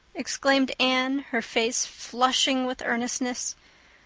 exclaimed anne, her face flushing with earnestness.